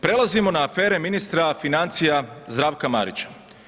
Prelazimo na afere ministra financija Zdravka Marića.